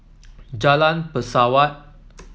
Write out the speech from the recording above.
Jalan Pesawat